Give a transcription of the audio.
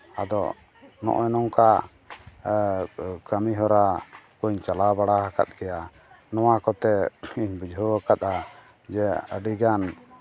ᱟᱫᱚ ᱱᱚᱜᱼᱚ ᱱᱚᱝᱠᱟ ᱠᱟᱹᱢᱤᱦᱚᱨᱟ ᱠᱚᱧ ᱪᱟᱞᱟᱣ ᱵᱟᱲᱟᱣᱟᱠᱟᱫ ᱜᱮᱭᱟ ᱱᱚᱣᱟ ᱠᱚᱛᱮᱧ ᱵᱩᱡᱷᱟᱹᱣᱟᱠᱟᱫᱟ ᱡᱮ ᱟᱹᱰᱤᱜᱟᱱ